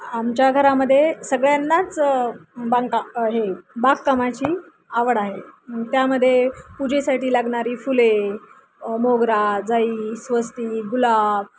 आमच्या घरामध्ये सगळ्यांनाच बांका हे बागकामाची आवड आहे त्यामध्ये पूजेसाठी लागणारी फुले मोगरा जाई स्वस्ती गुलाब